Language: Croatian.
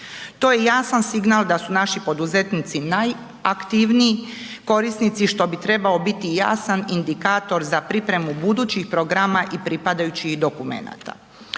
To je jasan signal da su naši poduzetnici najaktivniji korisnici, što bi trebao biti jasan indikator za pripremu budućih programa i pripadajućih dokumenata.